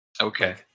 Okay